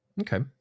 Okay